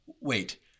Wait